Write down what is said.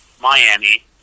Miami